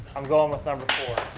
i'm going with number four.